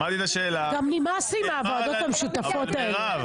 שמעתי את השאלה --- גם נמאס לי מהוועדות המשותפות האלה,